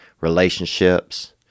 Relationships